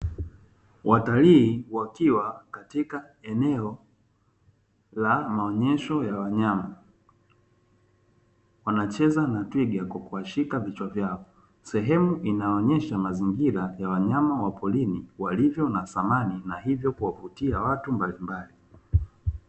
Watalii wakiwa katika eneo la maonyesho ya wanyama, wanacheza na twiga kwa kuwashika vichwa vyao, sehemu inaonyesha mazingira ya wanyama wa porini, walivyo na thamani na hivyo kuwavutia watu mbalimbali.